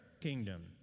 kingdom